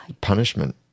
Punishment